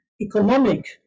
economic